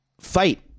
fight